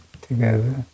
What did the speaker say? together